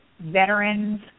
veterans